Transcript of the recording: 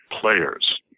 players